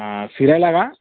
हां फिरायला का